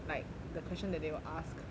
like the question that they will ask